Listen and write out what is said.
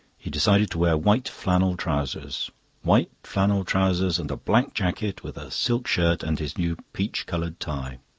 he decided to wear white flannel trousers white flannel trousers and a black jacket, with a silk shirt and his new peach-coloured tie.